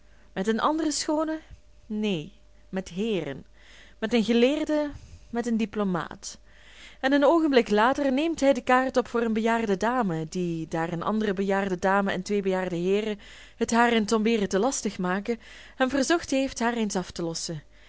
gesprek met een andere schoone neen met heeren met een geleerde met een diplomaat en een oogenblik later neemt hij de kaart op voor eene bejaarde dame die daar een andere bejaarde dame en twee bejaarde heeren het haar in t omberen te lastig maken hem verzocht heeft haar eens af te lossen